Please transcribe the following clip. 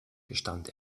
gestand